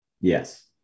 Yes